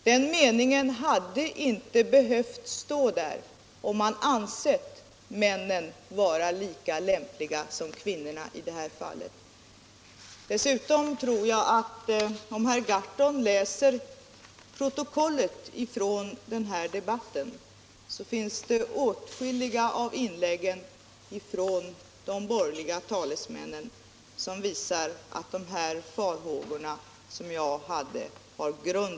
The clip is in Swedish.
Den meningen hade inte behövt stå där, om man ansett männen vara lika lämpliga som kvinnorna i det här fallet. Om herr Gahrton läser protokollet från denna debatt, tror jag dessutom att han skall finna att åtskilliga av inläggen från de borgerliga talesmännen visar att de farhågor som jag framfört har grund.